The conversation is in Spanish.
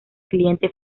cliente